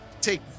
take